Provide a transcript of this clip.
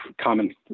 common